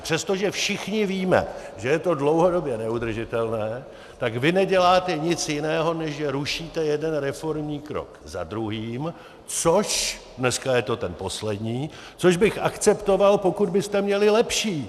Přestože všichni víme, že je to dlouhodobě neudržitelné, tak vy neděláte nic jiného, než že rušíte jeden reformní krok za druhým, což dneska je to ten poslední což bych akceptoval, pokud byste měli lepší.